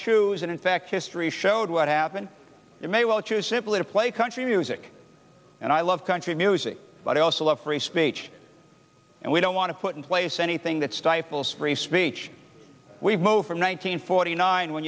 choose and in fact history showed what happened it may well choose simply to play country music and i love country music but i also love free speech and we don't want to put in place anything that stifles free speech we've moved from one hundred forty nine when